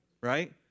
right